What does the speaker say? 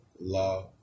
law